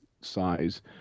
size